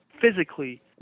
physically